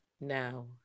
now